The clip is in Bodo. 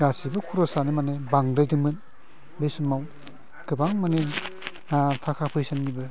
गासिबो खरसानो माने बांद्रायदोंमोन बे समाव गोबां माने थाखा फैसानिबो